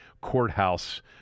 courthouse